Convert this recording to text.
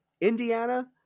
Indiana